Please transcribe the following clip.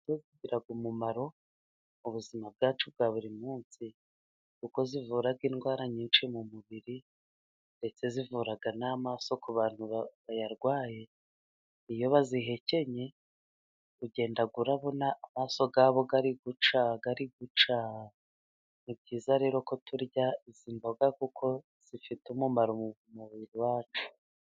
Zigira umumaro mu buzima bwacu bwa buri munsi. Kuko zivura indwara nyinshi mu mubiri, ndetse zivura n'amaso ku bantu bayarwaye. Iyo bazihekenye ugenda ubona amaso yabo ari gucya ari gucya. Ni byiza rero ko turya izi mboga kuko zifite umumaro mu mubiri wacu.